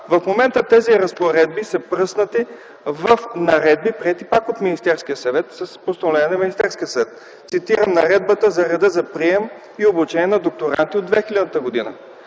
В момента тези разпоредби са пръснати в наредби, приети пак с постановления на Министерския съвет, цитирам, Наредбата за реда за прием и обучение на докторанти от 2000 г.